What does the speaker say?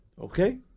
Okay